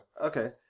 Okay